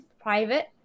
private